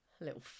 little